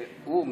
שהוא,